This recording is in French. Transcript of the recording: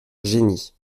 geignit